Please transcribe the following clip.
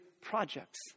projects